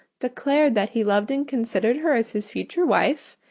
declared that he loved and considered her as his future wife,